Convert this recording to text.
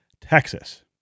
Texas